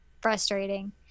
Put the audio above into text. frustrating